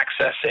accessing